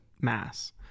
mass